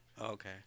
Okay